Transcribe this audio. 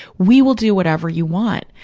we will do whatever you want.